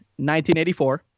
1984